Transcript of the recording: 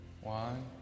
One